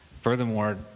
furthermore